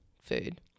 food